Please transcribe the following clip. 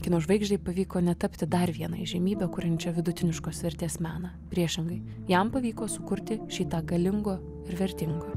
kino žvaigždei pavyko netapti dar viena įžymybė kuriančia vidutiniškos vertės meną priešingai jam pavyko sukurti šį tą galingo ir vertingo